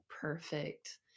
perfect